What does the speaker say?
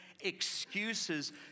excuses